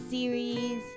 Series